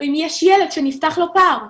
או אם יש ילד שנפתח לו פער?